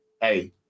hey